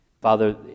father